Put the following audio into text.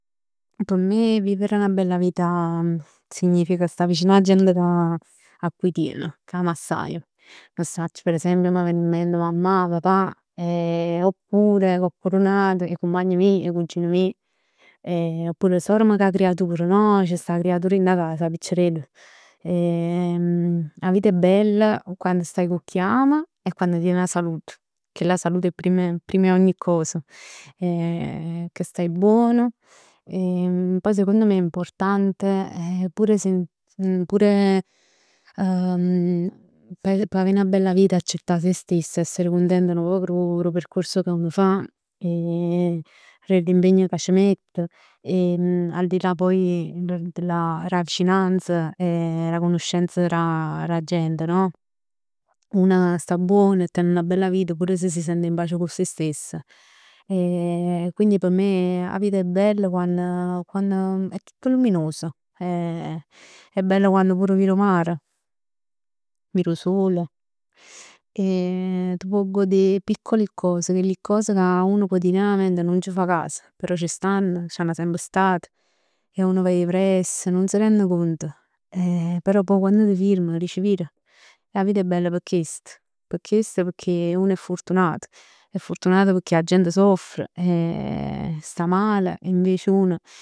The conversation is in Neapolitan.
P' me vivere 'na bella vita significa sta vicin 'a gent a cui tieni, ami assaje. Nun 'o sacc, per esempio m' ven in mente mammà, papà, oppure coccrunat, 'e cumpagn meje, 'e cugin meje. Oppure sorem cu 'a creatur no? C' sta 'a creatur dint 'a cas. 'A piccirell. 'A vita è bell quann staje cu chi ami e quann tien 'a salut. Chell 'a salute è primm 'e, primm 'e ogni cos. Che stai buon. Poi secondo me è importante, pure pure p- pe avè 'na bella vita, accettà se stessi, a essere cuntent nu ppoc d' 'o, d' 'o percorso che uno fa e 'e l'impegno ca c'mett e aldilà poi della vicinanz e d' 'a cunuscenz d' 'a gent no? Una sta buon e ten 'na bella vita pur se s' sent in pace cu se stess. E quindi p' me 'a vita è bella quann, quann è tutt luminos. è bella quann pur vir 'o mar, vir 'o sol e t' può godè piccole cos. Chelli cos ca uno quotidianament nun c' fa caso, però ci stanno, c'hanna semp stat e uno va 'e pressa e nun s' rende cont. Eh però pò quann t' firm dici vir, 'a vita è bella p' chest, p' chest pecchè uno è fortunato, è fortunato pecchè 'a gente soffre, sta male e invece uno